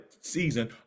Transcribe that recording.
season